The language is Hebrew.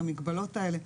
המגבלות האלה.